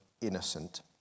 innocent